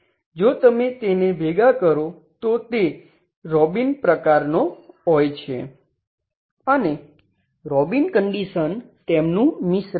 જો તમે તેને ભેગા કરો તો તે રોબિન પ્રકાર તેમનું મિશ્રણ છે